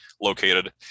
located